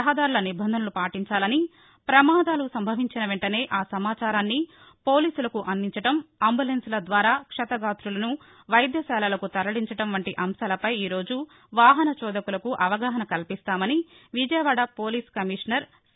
రహదారుల నిబంధనలు పాటించాలని ప్రమాదాలు సంభవించిన వెంటనే ఆ సమాచారాన్ని పోలీసులకు అందించడం అంబులెస్స్ల ద్వారా క్షతగాతులను వైద్యశాలలకు తరలించడం వంటి అంశాలపై ఈరోజు వాహన చోదకులకు అవగాహన కల్పిస్తామని విజయవాడ పోలీస్ కమీషనర్ సి